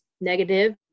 negative